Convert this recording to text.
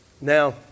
Now